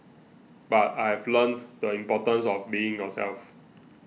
but I've learnt the importance of being yourself